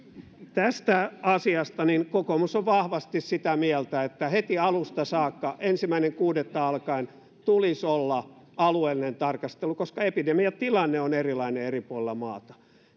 tästä asiasta kokoomus on vahvasti sitä mieltä että heti alusta saakka ensimmäinen kuudetta alkaen tulisi olla alueellinen tarkastelu koska epidemiatilanne on erilainen eri puolilla maata